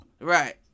Right